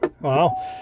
Wow